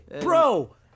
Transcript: Bro